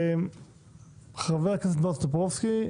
חבר הכנסת בועז טופורובסקי,